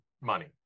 money